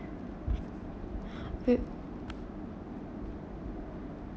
with